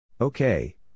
Okay